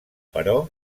però